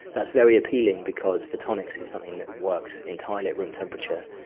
that's very appealing because photonics is something that works entirely at room temperature,